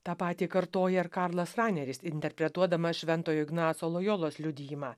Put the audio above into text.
tą patį kartoja ir karlas raneris interpretuodamas šventojo ignaco lojolos liudijimą